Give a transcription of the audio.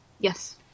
Yes